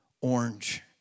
orange